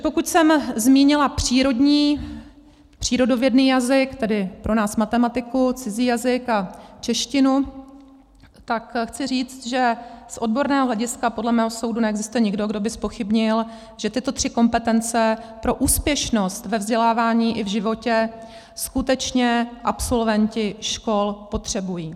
Pokud jsem zmínila přírodní, přírodovědný jazyk, tedy pro nás matematiku, cizí jazyk a češtinu, tak chci říct, že z odborného hlediska podle mého soudu neexistuje nikdo, kdo by zpochybnil, že tyto tři kompetence pro úspěšnost ve vzdělávání i v životě skutečně absolventi škol potřebují.